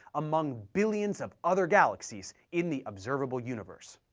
among billions of other galaxies in the visible universe.